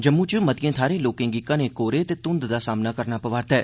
जम्मू च मतियें थाहरें लोकें गी घनें कोहरे ते धुंध दा सामना करना पवै'रदा ऐ